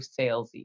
salesy